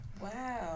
wow